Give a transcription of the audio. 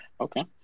Okay